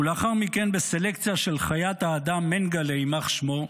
ולאחר מכן, בסלקציה של חיית האדם מנגלה יימח שמו,